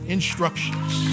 instructions